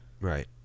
Right